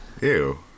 Ew